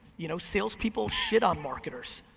you know sales people shit on marketers,